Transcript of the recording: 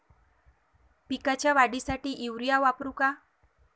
पिकाच्या वाढीसाठी युरिया वापरू का?